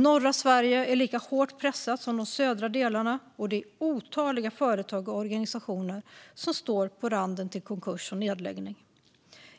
Norra Sverige är lika hårt pressat som de södra delarna, och det är otaliga företag och organisationer som står på randen till konkurs och nedläggning.